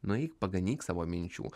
nueik paganyk savo minčių